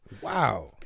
Wow